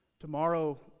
Tomorrow